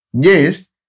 Yes